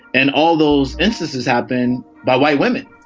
and all those instances happen by white women,